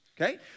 Okay